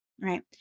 right